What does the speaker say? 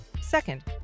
Second